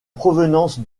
provenance